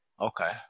Okay